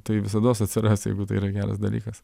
tai visados atsiras jeigu tai yra geras dalykas